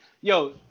Yo